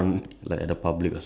um